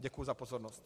Děkuji za pozornost.